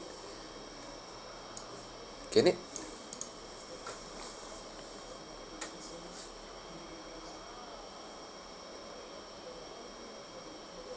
can it